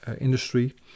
industry